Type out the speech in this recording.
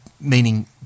meaning